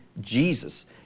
Jesus